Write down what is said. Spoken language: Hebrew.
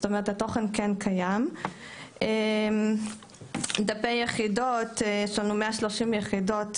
זאת אומרת שהתוכן כן קיים; דפי יחידות,130 יחידות